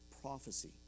prophecy